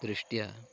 दृष्ट्या